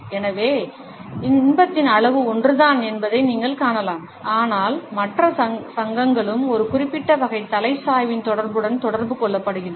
எனவே இன்பத்தின் அளவு ஒன்றுதான் என்பதை நீங்கள் காணலாம் ஆனால் மற்ற சங்கங்களும் ஒரு குறிப்பிட்ட வகை தலை சாய்வின் தொடர்புடன் தொடர்பு கொள்ளப்படுகின்றன